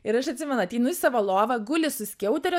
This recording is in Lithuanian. ir aš atsimenu ateinu į savo lovą guli su skiautere